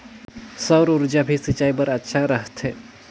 सौर ऊर्जा भी सिंचाई बर अच्छा रहथे?